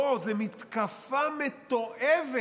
לא, זו מתקפה מתועבת,